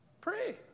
Pray